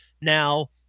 Now